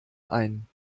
ein